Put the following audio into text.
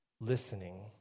listening